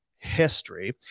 History